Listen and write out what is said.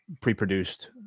pre-produced